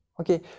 okay